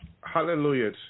Hallelujah